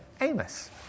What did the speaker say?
Amos